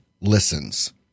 listens